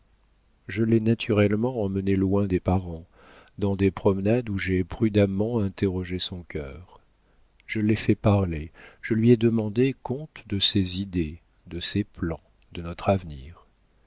je l'ai naturellement emmené loin des parents dans des promenades où j'ai prudemment interrogé son cœur je l'ai fait parler je lui ai demandé compte de ses idées de ses plans de notre avenir